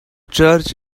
church